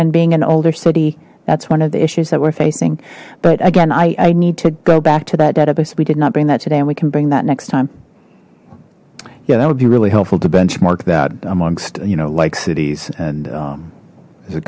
and being an older city that's one of the issues that we're facing but again i i need to go back to that database we did not bring that today and we can bring that next time yeah that would be really helpful to benchmark that amongst you know like cities and as a